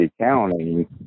County